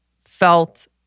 felt